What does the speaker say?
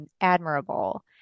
admirable